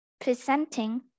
presenting